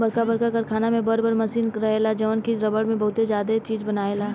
बरका बरका कारखाना में बर बर मशीन रहेला जवन की रबड़ से बहुते ज्यादे चीज बनायेला